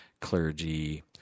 clergy